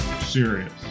serious